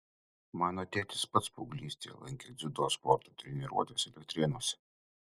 mano tėtis pats paauglystėje lankė dziudo sporto treniruotes elektrėnuose